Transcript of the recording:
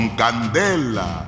candela